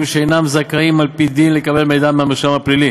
שאינם זכאים על-פי דין לקבל מידע מהמרשם הפלילי